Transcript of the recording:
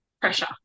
pressure